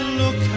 look